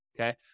okay